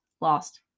lost